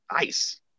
Nice